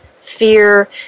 fear